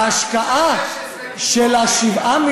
16,